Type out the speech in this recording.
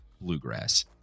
Bluegrass